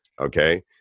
okay